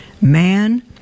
Man